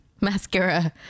mascara